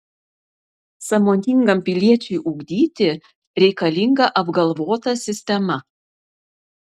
sąmoningam piliečiui ugdyti reikalinga apgalvota sistema